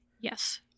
Yes